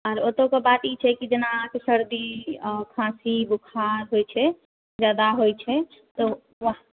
आर ओतऽ के बात ई छै जे जेना अहाँके सर्दी खाँसी बुखार होइ छै जादा होइ छै तऽ